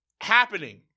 happening